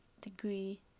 degree